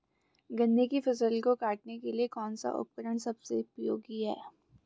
गन्ने की फसल को काटने के लिए कौन सा उपकरण सबसे उपयोगी है?